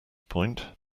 point